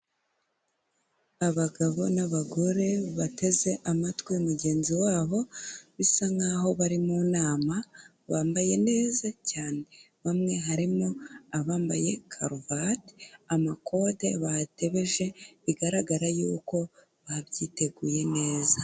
Abagabo n'abagore bateze amatwi mugenzi wabo, bisa nk'aho bari mu nama, bambaye neza cyane, bamwe harimo abambaye karuvati, amakode batebeje, bigaragara yuko babyiteguye neza.